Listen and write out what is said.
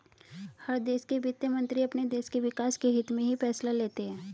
हर देश के वित्त मंत्री अपने देश के विकास के हित्त में ही फैसले लेते हैं